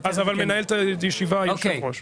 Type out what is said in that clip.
אבל מנהל את ישיבה היושב ראש.